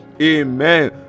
Amen